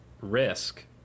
risk